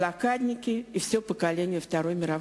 וטרנים ובלוקדניקים יקרים וכל הדור שעבר את מלחמת